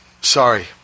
Sorry